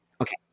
Okay